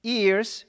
ears